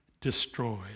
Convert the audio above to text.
destroyed